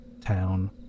town